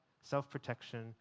self-protection